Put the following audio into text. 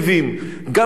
גם את זה הוא אמר.